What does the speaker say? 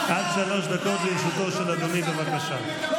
עד שלוש דקות לרשותו של אדוני, בבקשה.